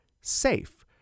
SAFE